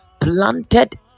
planted